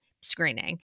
screening